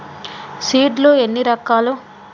Seed లు ఎన్ని రకాలు?